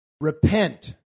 Repent